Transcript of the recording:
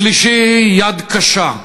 השלישי, יד קשה,